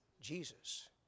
Jesus